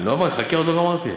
חכה, עוד לא גמרתי.